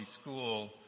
school